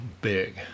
big